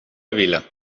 vila